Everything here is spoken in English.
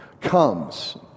comes